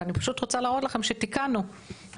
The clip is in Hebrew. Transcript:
אני פשוט רוצה להראות לכם שתיקנו והזזנו.